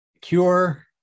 Cure